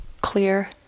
clear